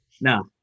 no